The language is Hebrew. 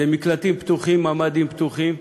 זה מקלטים פתוחים, ממ"דים פתוחים,